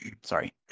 sorry